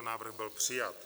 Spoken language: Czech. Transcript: Návrh byl přijat.